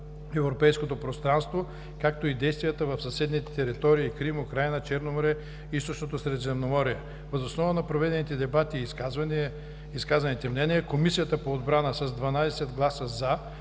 Европейското пространство, както и действията в съседни територии – Крим, Украйна, Черно море, Източното Средиземноморие. Въз основа на проведените дебати и изказаните мнения, Комисията по отбрана с 12 „за“,